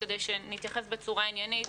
כדי שנתייחס בצורה עניינית,